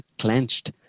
clenched